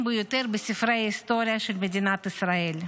ביותר בספרי ההיסטוריה של מדינת ישראל.